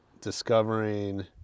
discovering